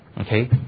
Okay